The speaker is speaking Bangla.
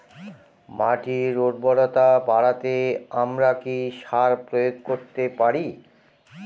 মাটির উর্বরতা বাড়াতে আমরা কি সার প্রয়োগ করতে পারি?